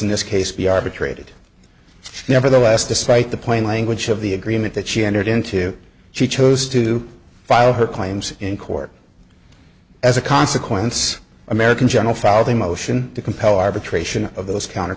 in this case be arbitrated nevertheless despite the plain language of the agreement that she entered into she chose to file her claims in court as a consequence american general filed a motion to compel arbitration of those